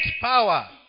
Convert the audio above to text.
power